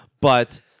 But-